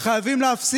הבית